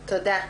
תודה.